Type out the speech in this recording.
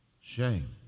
Shame